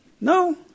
no